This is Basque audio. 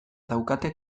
daukate